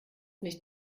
nicht